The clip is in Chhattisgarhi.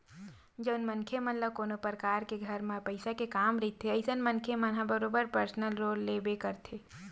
जउन मनखे मन ल कोनो परकार के घर म पइसा के काम रहिथे अइसन मनखे मन ह बरोबर परसनल लोन लेबे करथे